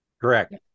correct